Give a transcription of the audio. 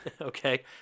Okay